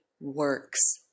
works